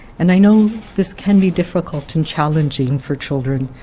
and i know this can be difficult and challenging for children.